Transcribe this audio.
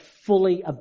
fully